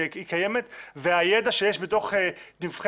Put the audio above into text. היא קיימת והידע שיש בתוך נבכי